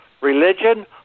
religion